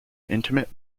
intimate